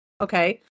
okay